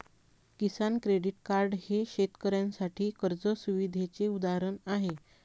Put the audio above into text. किसान credit card हे शेतकऱ्यांसाठी कर्ज सुविधेचे उदाहरण आहे